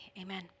Amen